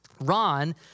Ron